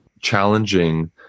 challenging